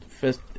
first